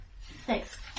Thanks